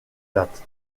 date